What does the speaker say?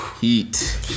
Heat